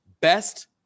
Best